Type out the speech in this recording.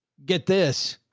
get this,